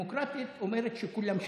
דמוקרטית אומרת שכולם שווים,